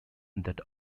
that